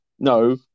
No